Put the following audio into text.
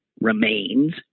remains